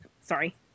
Sorry